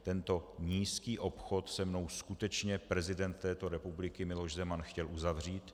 Tento nízký obchod se mnou skutečně prezident této republiky Miloš Zeman chtěl uzavřít.